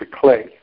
clay